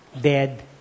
dead